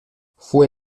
fue